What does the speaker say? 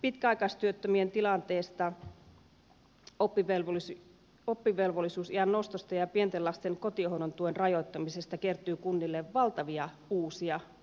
pitkäaikaistyöttömien tilanteesta oppivelvollisuusiän nostosta ja pienten lasten kotihoidon tuen rajoittamisesta kertyy kunnille valtavia uusia laskuja